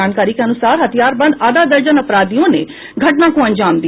जानकारी के अनुसार हथियार बंद आधा दर्जन अपराधियों ने घटना को अंजाम दिया